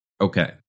Okay